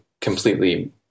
completely